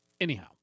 Anyhow